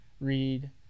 read